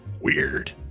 weird